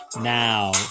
now